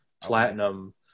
platinum